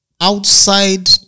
outside